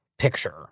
picture